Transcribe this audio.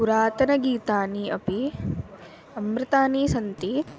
पुरातनगीतानि अपि अमृतानि सन्ति